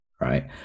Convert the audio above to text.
right